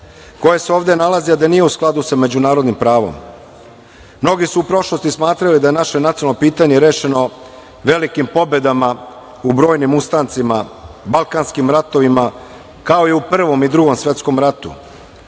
koje se ovde nalazi a da nije u skladu sa međunarodnim pravom. Mnogi su u prošlosti smatrali da naše nacionalno pitanje je rešeno velikim pobedama u brojnim ustancima, balkanskim ratovima, kao i u Prvom i Drugom svetskom ratu.U